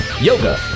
Yoga